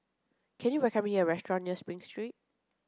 can you recommend me a restaurant near Spring Street